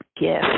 gift